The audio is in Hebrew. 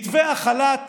מתווה החל"ת